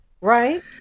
right